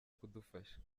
kudufasha